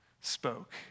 spoke